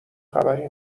خبری